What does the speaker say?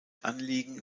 anliegen